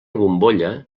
bombolla